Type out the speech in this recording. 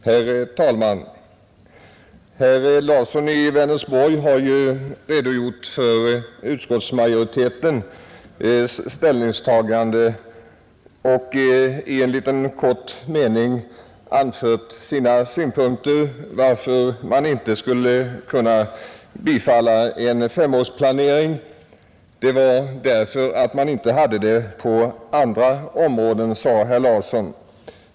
Herr talman! Herr Larsson i Vänersborg har redogjort för utskottsmajoritetens ställningstagande och i en liten kort mening anfört varför man inte skulle kunna bifalla förslaget om en femårsplanering. Skälet är att det inte finns någon sådan på andra områden, sade herr Larsson.